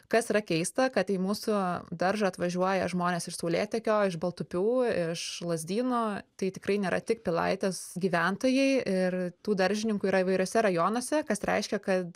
kas yra keista kad į mūsų daržą atvažiuoja žmonės iš saulėtekio iš baltupių iš lazdynų tai tikrai nėra tik pilaitės gyventojai ir tų daržininkų yra įvairiuose rajonuose kas reiškia kad